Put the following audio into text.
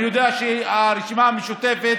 אני יודע שהרשימה המשותפת